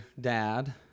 dad